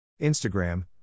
Instagram